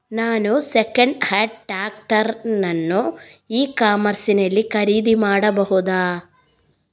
ನಾನು second hand tractor ಅನ್ನು e commerce ನಲ್ಲಿ ಖರೀದಿ ಮಾಡಬಹುದಾ?